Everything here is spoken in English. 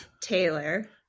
Taylor